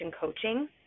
coaching